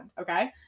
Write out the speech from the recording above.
Okay